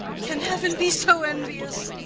can heaven be so envious?